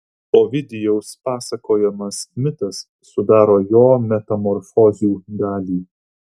ovidijaus pasakojamas mitas sudaro jo metamorfozių dalį